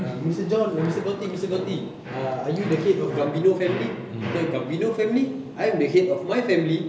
mister john eh mister gotti mister gotti err are you the head of gambino family the gambino family I'm the head of my family